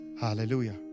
Hallelujah